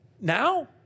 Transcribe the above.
now